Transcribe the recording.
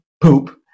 poop